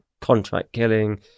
contract-killing